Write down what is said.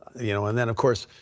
you know and then, of course,